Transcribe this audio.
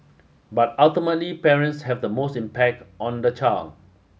but ultimately parents have the most impact on the child